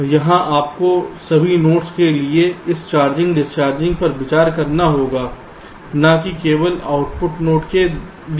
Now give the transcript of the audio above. तो यहां आपको सभी नोड्स के लिए इस चार्जिंग डिस्चार्जिंग पर विचार करना होगा न की केवल आउटपुट नोड के लिए